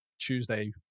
Tuesday